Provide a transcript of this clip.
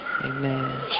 Amen